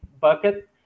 bucket